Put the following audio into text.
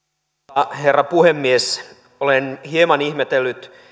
arvoisa herra puhemies olen hieman ihmetellyt